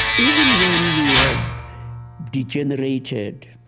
even when we have degenerated,